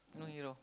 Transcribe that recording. no hero